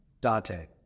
Dante